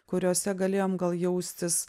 kuriose galėjom gal jaustis